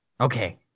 Okay